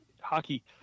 hockey